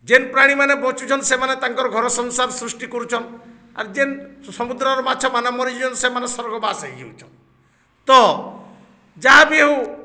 ଯେନ୍ ପ୍ରାଣୀମାନେ ବଞ୍ଚୁଚନ୍ ସେମାନେ ତାଙ୍କର୍ ଘର ସଂସାର୍ ସୃଷ୍ଟି କରୁଚନ୍ ଆର୍ ଯେନ୍ ସମୁଦ୍ରର ମାଛ ମାନ ମରିଯଉଚନ୍ ସେମାନେ ସ୍ୱର୍ଗବାସ୍ ହେଇଯାଉଚନ୍ ତ ଯାହା ବିି ହଉ